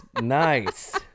nice